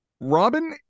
Robin